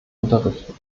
unterrichten